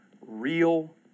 real